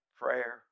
Prayer